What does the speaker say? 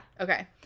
okay